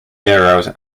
arrows